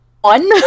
One